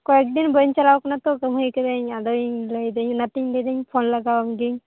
ᱠᱚᱭᱮᱠ ᱫᱤᱱ ᱵᱟᱹᱧ ᱪᱟᱞᱟᱣ ᱠᱟᱱᱟ ᱛᱚ ᱠᱟᱹᱢ ᱦᱟᱹᱭ ᱠᱤᱫᱟᱹᱧ ᱟᱫᱚ ᱤᱧ ᱞᱟᱹᱭ ᱫᱟᱹᱧ ᱚᱱᱟ ᱛᱮᱧ ᱞᱟᱹᱭᱫᱟᱹᱧ ᱯᱷᱳᱱ ᱞᱟᱜᱟᱣᱟᱢ ᱜᱮᱧ